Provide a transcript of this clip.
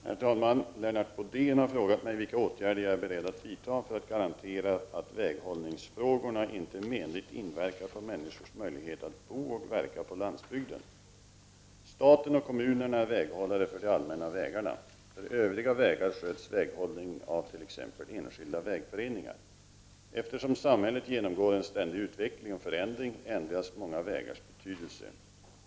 Herr talman! Lennart Bodén har frågat mig vilka åtgärder jag är beredd att vidta för att garantera att väghållningsfrågorna inte menligt inverkar på människors möjlighet att bo och verka på landsbygden. Staten och kommunerna är väghållare för de allmänna vägarna. För övriga vägar sköts väghållningen av t.ex. enskilda vägföreningar. Eftersom samhället genomgår en ständig utveckling och förändring ändras många vägars betydelse.